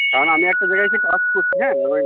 কারণ আমি একটা জায়গায় এসে কাজ করছি হ্যাঁ ওই